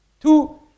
Two